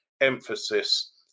emphasis